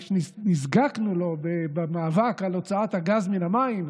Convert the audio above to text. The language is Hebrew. כי כשנזקקנו לו במאבק על הוצאת הגז מן המים,